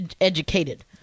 Educated